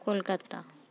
Kolkata